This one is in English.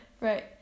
Right